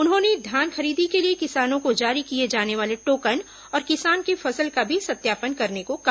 उन्होंने धान खरीदी के लिए किसानों को जारी किए जाने वाले टोकन और किसान के फसल का भी सत्यापन करने को कहा